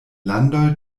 landoj